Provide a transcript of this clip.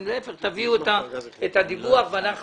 להפך, אתם תביאו את הדיווח אותו אנחנו